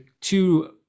two